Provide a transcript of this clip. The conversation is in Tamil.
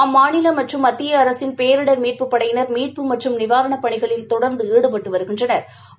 அம்மாநில மற்றும் மத்திய அரசின் பேரிடா் மீட்புப் படையினா் மீட்பு மற்றும் நிவாரணப் பணியில் தொடா்ந்து ஈடுபட்டு வருகின்றனா்